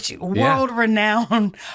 world-renowned